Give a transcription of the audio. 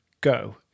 Go